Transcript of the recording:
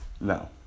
no